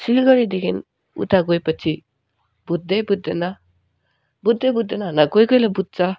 सिलगढीदेखि उता गए पछि बुझ्दै बुझ्दैन बुझ्दै बुझ्दैन भन्दा कोही कोहीले बुझ्छ